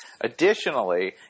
Additionally